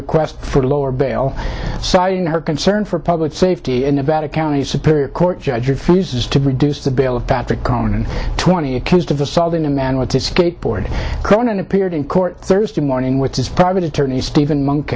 request for lower bail citing her concern for public safety in nevada county superior court judge refuses to produce the bill of patrick cronin twenty accused of assaulting a man were to skate board conan appeared in court thursday morning with his private attorney stephen monk